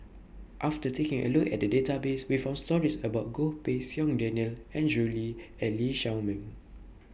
after taking A Look At The Database We found stories about Goh Pei Siong Daniel Andrew Lee and Lee Shao Meng